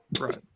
Right